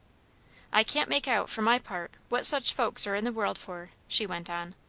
i can't make out, for my part, what such folks are in the world for, she went on.